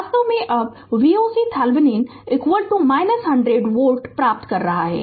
Refer Slide Time 0733 तो यह वास्तव में अब Voc Thevenin 100 volt वोल्ट प्राप्त कर रहा है